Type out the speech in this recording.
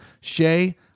Shay